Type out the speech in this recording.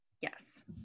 Yes